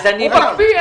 הוא מקפיא.